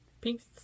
Peace